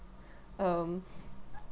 um